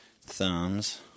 thumbs